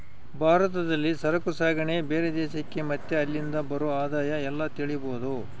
ಭಾರತದಲ್ಲಿ ಸರಕು ಸಾಗಣೆ ಬೇರೆ ದೇಶಕ್ಕೆ ಮತ್ತೆ ಅಲ್ಲಿಂದ ಬರೋ ಆದಾಯ ಎಲ್ಲ ತಿಳಿಬೋದು